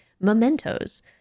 mementos